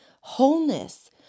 wholeness